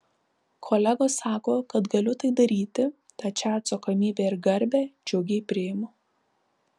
kolegos sako kad galiu tai daryti tad šią atsakomybę ir garbę džiugiai priimu